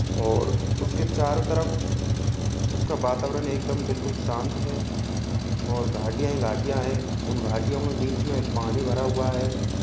और उसके चारों तरफ उसका वातावरण एकदम बिल्कुल शांत है और घाटियाँ ही घटियाँ हैं उन घाटियों में बीच में पानी भरा हुआ है